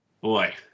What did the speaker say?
boy